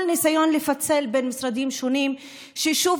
אתמול ישבנו 17.5 שעות,